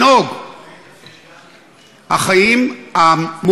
כך אנחנו צריכים לנהוג.